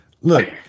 Look